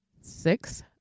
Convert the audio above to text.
six